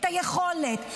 את היכולת,